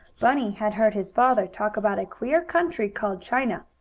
bunny had heard his father talk about a queer country called china,